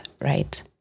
right